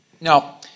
Now